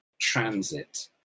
transit